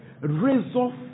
Resolve